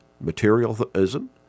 materialism